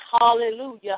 Hallelujah